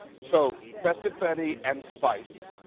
so festive fetti and spice.